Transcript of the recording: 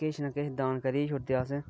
किश ना किश दान करी गै दिन्ने अस